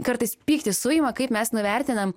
kartais pyktis suima kaip mes nuvertinam